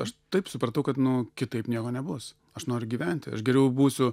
aš taip supratau kad nu kitaip nieko nebus aš noriu gyventi aš geriau būsiu